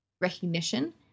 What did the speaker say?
recognition